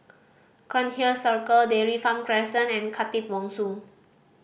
Cairnhill Circle Dairy Farm Crescent and Khatib Bongsu